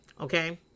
okay